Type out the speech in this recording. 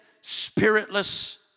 spiritless